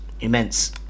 immense